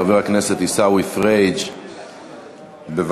חבר הכנסת עיסאווי פריג', בבקשה.